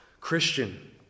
Christian